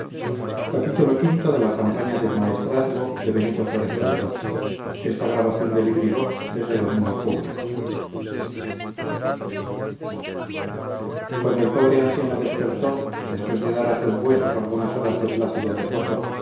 cuando el pobre anciano despertó después de dar a sus huesos algunas horas de plácido reposo